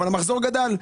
אבל המחזור גדל.